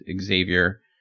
Xavier